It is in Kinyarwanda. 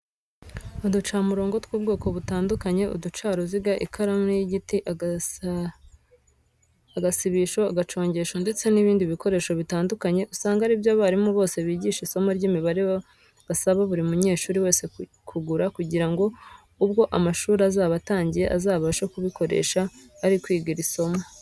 Uducamurongo tw'ubwoko butandukanye, uducaruziga, ikaranu y'igiti, agasibisho, agacongesho ndetse n'ibindi bikoresho bitandukanye usanga ari byo abarimu bose bigisha isomo y'imibare basaba buri munyeshuri wese kugura kugira ngo ubwo amashuri azaba atangiye azabashe kubikoresha ari kwiga iri somo.